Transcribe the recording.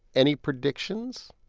any predictions?